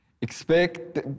expect